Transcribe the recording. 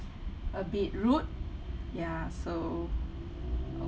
a bit rude ya so